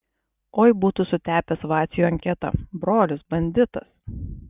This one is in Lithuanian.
oi būtų sutepęs vaciui anketą brolis banditas